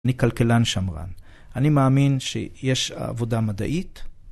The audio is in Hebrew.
אני כלכלן שמרן, אני מאמין שיש עבודה מדעית.